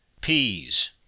PEAS